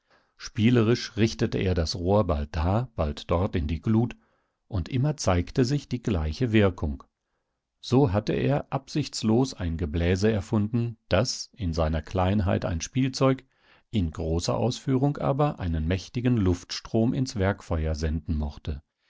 spielerisch richtete er das rohr bald da bald dort in die glut und immer zeigte sich die gleiche wirkung so hatte er absichtslos ein gebläse erfunden das in seiner kleinheit ein spielzeug in großer ausführung aber einen mächtigen luftstrom ins werkfeuer senden mochte